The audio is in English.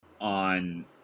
on